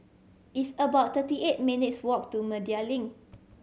it's about thirty eight minutes' walk to Media Link